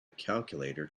calculator